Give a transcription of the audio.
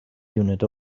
unit